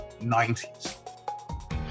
90s